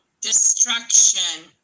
destruction